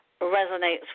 resonates